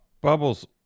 bubbles